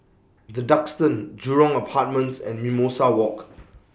The Duxton Jurong Apartments and Mimosa Walk